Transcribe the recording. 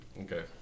Okay